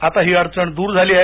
आता ही अडचण दूर झाली आहे